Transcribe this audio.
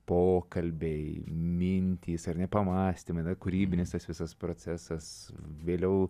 pokalbiai mintys ar ne pamąstymai na kūrybinis tas visas procesas vėliau